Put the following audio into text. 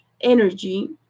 energy